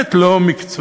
באמת לא מקצועית.